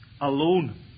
alone